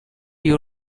you